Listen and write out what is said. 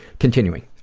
continuing,